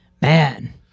Man